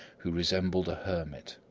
who resembled a hermit.